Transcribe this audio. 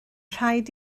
rhaid